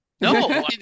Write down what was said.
No